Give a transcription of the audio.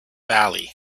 valley